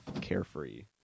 Carefree